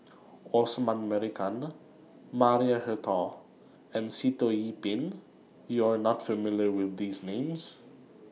Osman Merican Maria Hertogh and Sitoh Yih Pin YOU Are not familiar with These Names